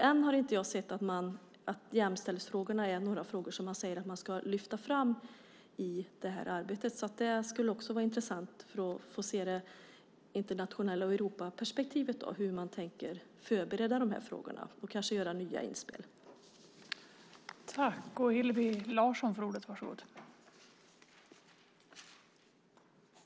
Än har jag inte sett att man säger att man ska lyfta fram jämställdhetsfrågorna i det här arbetet. Det skulle vara intressant att få se hur man tänker förbereda de här frågorna och kanske göra nya inspel i det internationella perspektivet och Europaperspektivet.